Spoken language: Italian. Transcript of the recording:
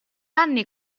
anni